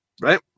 Right